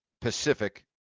Pacific